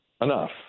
Enough